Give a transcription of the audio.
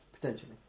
Potentially